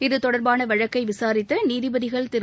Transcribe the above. இத்தொடர்பாள வழக்கை விசாரித்த நீதிபதிகள் திரு